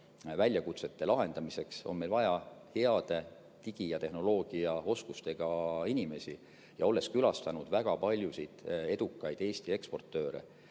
väljakutsete lahendamiseks on meil vaja heade digi- ja tehnoloogiaoskustega inimesi. Olles külastanud väga paljusid edukaid Eesti eksportööre,